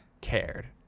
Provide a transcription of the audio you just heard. cared